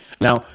now